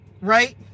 right